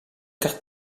cartes